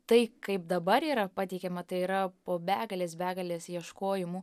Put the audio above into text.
tai kaip dabar yra pateikiama tai yra po begalės begalės ieškojimų